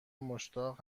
مشتاق